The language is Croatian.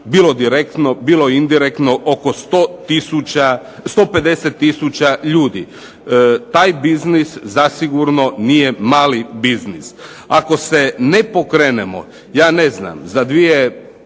bilo direktno, bilo indirektno oko 150 tisuća ljudi. Taj biznis zasigurno nije mali biznis. Ako se ne pokrenemo, ja ne znam, za 2